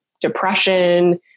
depression